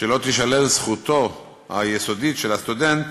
שלא תישלל זכותו היסודית של הסטודנט